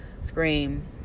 scream